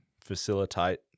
facilitate